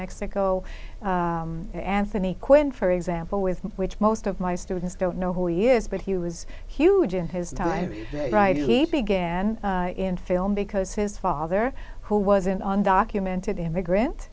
mexico and anthony quinn for example with which most of my students don't know who he is but he was huge in his time right he began in film because his father who wasn't on documented